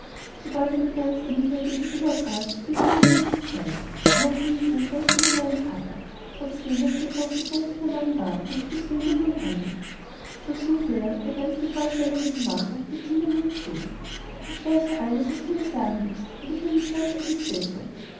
sobald er mit ernster miene ihr gegenüber trat fiel ilse ihm um den hals nannte ihn ihren einzigen kleinen papa trotzdem er ein sehr großer kräftiger mann war und küßte ihm mund und wangen versuchte er ihr ernste vorstellungen zu machen hielt sie ihm den mund zu ich weiß ja alles was du mir sagen willst und ich will mich ganz gewiß bessern